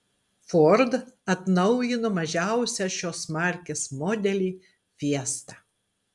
ford atnaujino mažiausią šios markės modelį fiesta